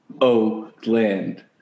Oakland